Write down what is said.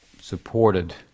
supported